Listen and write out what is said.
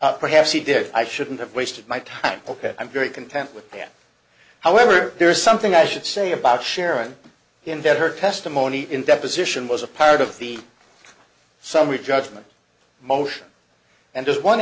fair perhaps he did i shouldn't have wasted my time ok i'm very content with that however there is something i should say about sharon in bed her testimony in deposition was a part of the summary judgment motion and just one